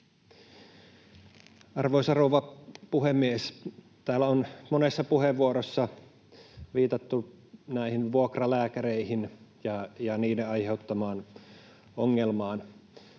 Arvoisa rouva puhemies! Täällä on monessa puheenvuorossa viitattu näihin vuokralääkäreihin ja niiden aiheuttamaan ongelmaan.